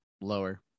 lower